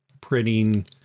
printing